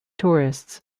tourists